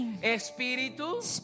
espíritu